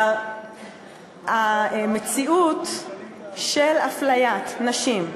המציאות של אפליית נשים,